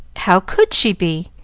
how could she be?